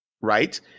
Right